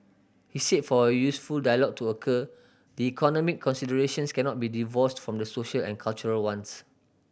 he said for a useful dialogue to occur the economy considerations cannot be divorced from the social and cultural ones